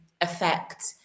affect